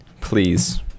Please